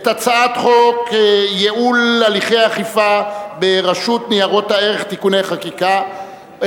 את הצעת חוק ייעול הליכי האכיפה ברשות ניירות ערך (תיקוני חקיקה).